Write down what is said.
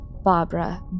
Barbara